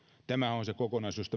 tämä on se kokonaisuus